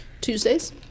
tuesdays